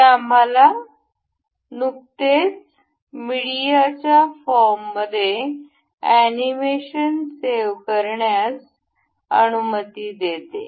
हे आम्हाला नुकतेच मीडियाच्या फॉर्ममध्ये अॅनिमेशन सेव्ह करण्यास अनुमती देते